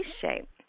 shape